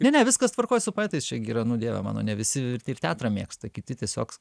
ne ne viskas tvarkoj su poetais čia gi yra nu dieve mano ne visi taip teatrą mėgsta kiti tiesiog